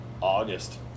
August